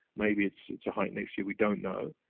maybe it's it's a hike next year, we don't know.